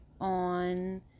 on